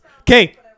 Okay